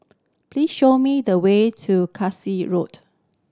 please show me the way to Road